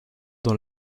dans